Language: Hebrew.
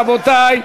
רבותי.